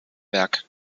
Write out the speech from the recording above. werk